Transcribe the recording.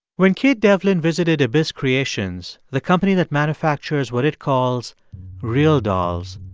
when kate devlin visited abyss creations, the company that manufactures what it calls real dolls,